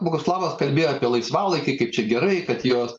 boguslavas kalbėjo apie laisvalaikį kaip čia gerai kad jos